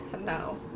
No